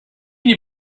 your